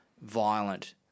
violent